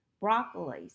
broccoli